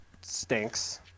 stinks